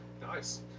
Nice